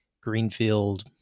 greenfield